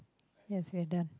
yes we're done